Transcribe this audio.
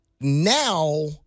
now